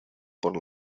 por